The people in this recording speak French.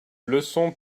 leçon